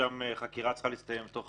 ששם חקירה צריכה להסתיים בתוך